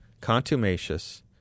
contumacious